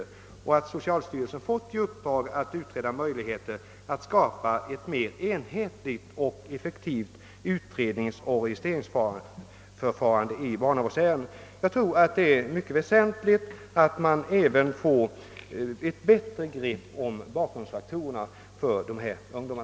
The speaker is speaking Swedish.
I detta hänseende har Kungl. Maj:t uppdragit åt socialstyrelsen att utreda möjligheterna att skapa ett mera enhetligt och effektivt utredningsoch registreringsförfarande i barnavårdsärenden ———.» Jag tror att det är mycket väsentligt att man får ett bättre grepp om bakgrundsfaktorerna när det gäller dessa ungdomar.